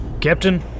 Captain